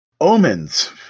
Omens